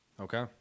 Okay